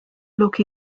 look